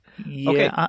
Okay